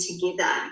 together